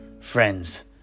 friends